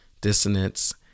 dissonance